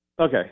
Okay